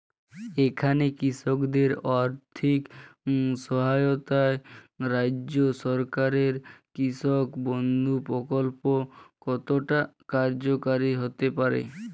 এখানে কৃষকদের আর্থিক সহায়তায় রাজ্য সরকারের কৃষক বন্ধু প্রক্ল্প কতটা কার্যকরী হতে পারে?